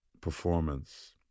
performance